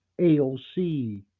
AOC